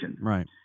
Right